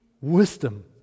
Wisdom